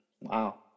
wow